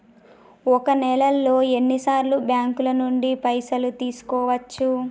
ఒక నెలలో ఎన్ని సార్లు బ్యాంకుల నుండి పైసలు తీసుకోవచ్చు?